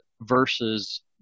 versus